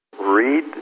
read